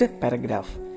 paragraph